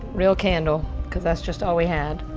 real candle, cause that's just all we had.